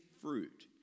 fruit